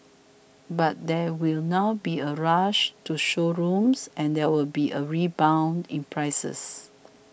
but there will now be a rush to showrooms and there will be a rebound in prices